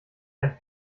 ein